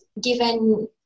given